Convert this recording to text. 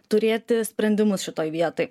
turėti sprendimus šitoj vietoj